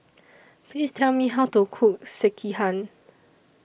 Please Tell Me How to Cook Sekihan